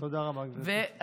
תודה רבה, גברתי.